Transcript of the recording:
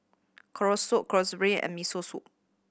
Kalguksu Chorizo and Miso Soup